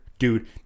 Dude